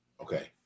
okay